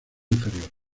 inferior